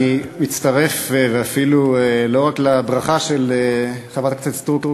אני מצטרף לא רק לברכה של חברת הכנסת סטרוק,